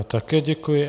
Také děkuji.